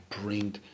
bring